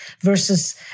versus